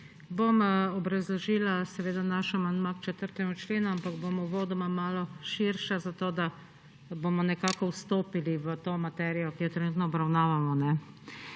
Bom obrazložila seveda naš amandma k 4. členu, ampak bom uvodoma malo širša, zato da bomo nekako vstopili v to materijo, ki jo trenutno obravnavamo.